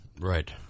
Right